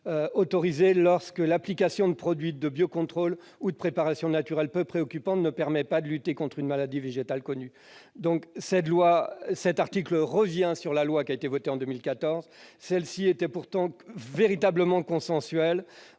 autorisés lorsque l'application de produits de biocontrôle ou de préparations naturelles peu préoccupantes ne permet pas de lutter contre une maladie végétale connue. Cet article revient sur la loi adoptée en 2014, qui était pourtant véritablement consensuelle.